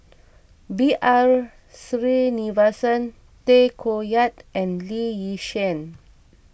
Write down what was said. B R Sreenivasan Tay Koh Yat and Lee Yi Shyan